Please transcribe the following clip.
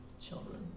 children